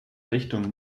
richtung